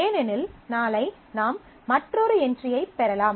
ஏனெனில் நாளை நாம் மற்றொரு என்ட்ரியைப் பெறலாம்